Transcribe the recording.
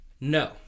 No